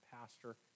pastor